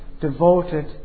devoted